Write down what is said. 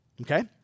Okay